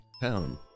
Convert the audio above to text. town